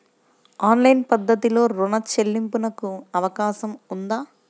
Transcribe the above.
Online పద్ధతిలో రుణ చెల్లింపునకు అవకాశం ఉందా?